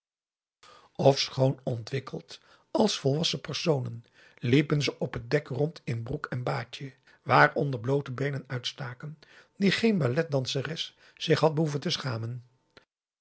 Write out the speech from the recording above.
ofschoon ontwikkeld als volwassen personen liepen ze op het dek rond in broek en baadje waaronder bloote beenen uitstaken die geen balletdanseres zich had behoeven te schamen